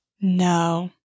No